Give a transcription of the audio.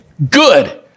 Good